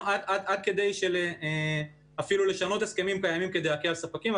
עד כדי אפילו שינוי הסכמים קיימים כדי להקל על ספקים.